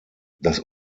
das